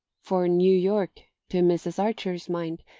for new york, to mrs. archer's mind,